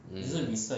mm